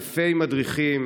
נשלחים אלפי מדריכים,